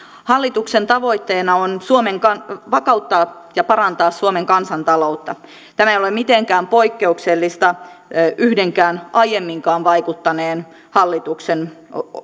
hallituksen tavoitteena on vakauttaa ja parantaa suomen kansantaloutta tämä ei ole mitenkään poikkeuksellista yhdenkään aiemminkaan vaikuttaneen hallituksen